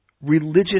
religious